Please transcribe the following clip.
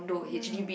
ya